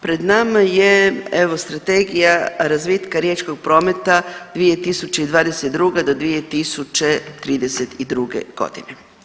Pred nama je evo Strategija razvitka riječkog prometa 2022. do 2032. godine.